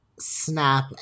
snap